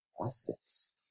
plastics